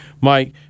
Mike